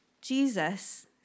Jesus